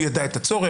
הוא ידע את הצורך,